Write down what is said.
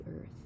earth